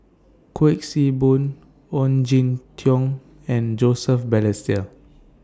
Kuik Swee Boon Ong Jin Teong and Joseph Balestier